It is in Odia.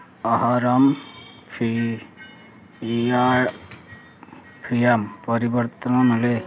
ଅର୍ହାମ୍ ଫିଆମା ପରିବର୍ତ୍ତେ ମିଳିଲା